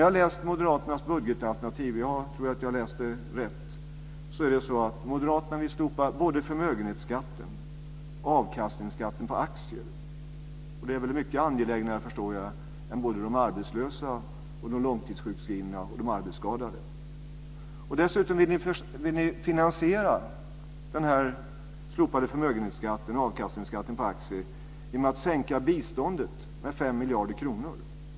Jag har läst Moderaternas budgetalternativ, och jag tror att jag har läst det rätt, och Moderaterna vill slopa både förmögenhetsskatten och avkastningsskatten på aktier. Och det är väl mycket angelägnare, förstår jag, än både de arbetslösa, de långtidssjukskrivna och de arbetsskadade? Dessutom vill Moderaterna finansiera denna slopade förmögenhetsskatt och avkastningsskatten på aktier genom att sänka biståndet med 5 miljarder kronor.